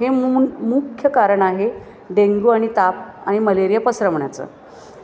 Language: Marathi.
हे मून मु मुख्य कारण आहे डेंग्यू आणि ताप आणि मलेरिया पसरवण्याचं